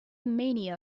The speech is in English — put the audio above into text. mania